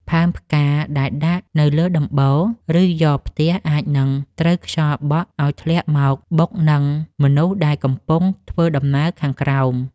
ផើងផ្កាដែលដាក់នៅលើដំបូល ឬយ៉រផ្ទះអាចនឹងត្រូវខ្យល់បក់ឱ្យធ្លាក់មកបុកនឹងមនុស្សដែលកំពុងធ្វើដំណើរខាងក្រោម។